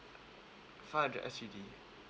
five hundred S_G_D